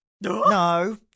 No